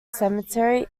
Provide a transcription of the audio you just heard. cemetery